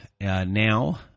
now